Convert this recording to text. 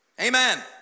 Amen